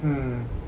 mm